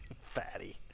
Fatty